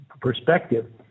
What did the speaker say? perspective